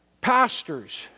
pastors